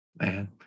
Man